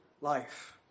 life